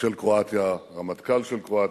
של קרואטיה, הרמטכ"ל של קרואטיה,